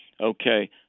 okay